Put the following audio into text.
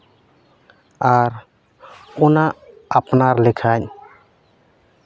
ᱟᱨ ᱚᱱᱟ ᱟᱯᱱᱟᱨ ᱞᱮᱠᱷᱟᱡ